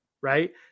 Right